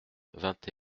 vingt